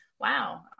wow